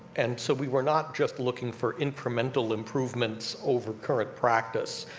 and so we were not just looking for incremental improvements over current practice,